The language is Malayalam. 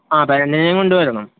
ആ പാരെൻറ്റിനേം കൊണ്ട് വരണം